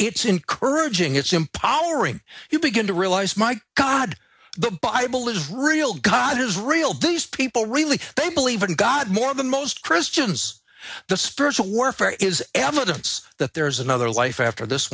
it's encouraging it's empowering you begin to realize my god the bible is real god is real do these people really they believe in god more than most christians the spiritual warfare is evidence that there is another life after this